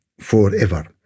forever